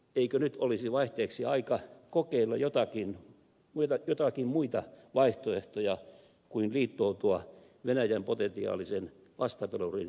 eikö nyt olisi vaihteeksi aika kokeilla joitakin muita vaihtoehtoja kuin liittoutua venäjän potentiaalisen vastapelurin kanssa